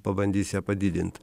pabandys ją padidint